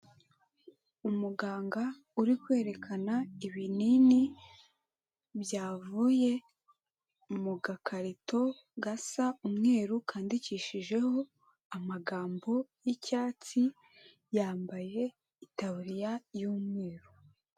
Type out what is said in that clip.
Umuganga uri kwerekana ibinini byavuye mu gakarito gasa umweru kandikishijeho amagambo y'icyatsi, yambaye itaburiya y'umweru.